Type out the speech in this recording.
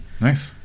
Nice